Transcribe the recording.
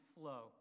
flow